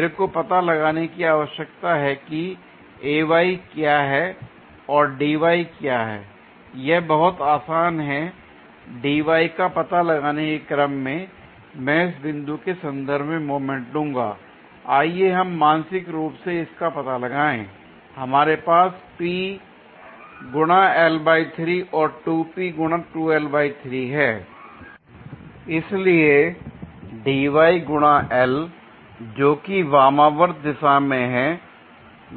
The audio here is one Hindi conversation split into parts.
मेरे को पता लगाने की आवश्यकता है कि क्या है और क्या है यह बहुत आसान है का पता लगाने के क्रम में मैं इस बिंदु के संदर्भ में मोमेंट लूंगा आइए हम मानसिक रूप से इसका पता लगाएं हमारे पास और हैं l इसलिए जोकि वामावर्त दिशा में हैं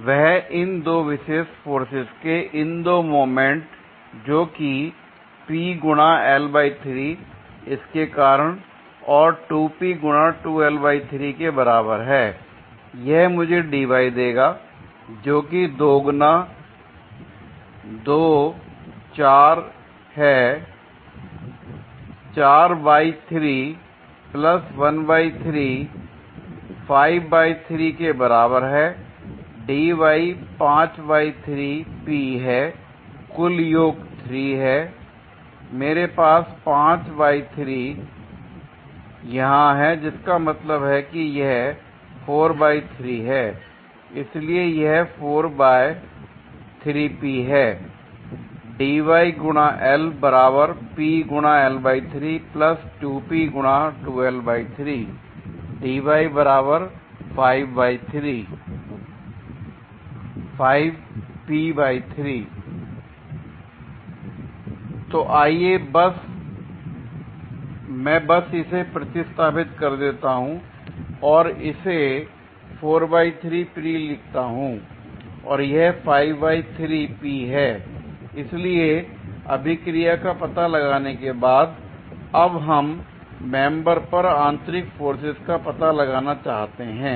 वह इन दो विशेष फोर्सेज के इन दो मोमेंट जोकि इसके कारण और के बराबर है l यह मुझे देगा जोकि 2 गुना 2 4 है 4 बाय 3 प्लस 1 बाय 3 5 बाय 3 के बराबर है 5 बाय 3 P है l कुल योग 3 है मेरे पास 5 बाय 3 यहां है जिसका मतलब है कि यह 4 बाय 3 है इसलिए यह 4 बाय 3P है l Dy L P L3 2 P 2L3 तो आइए मैं बस इसे प्रतिस्थापित कर देता हूं और इसे लिखता हूं और यह हैl इसलिए अभीक्रियाएं का पता लगाने के बाद अब हम मेंबर पर आंतरिक फोर्सेज का का पता लगाना चाहते हैं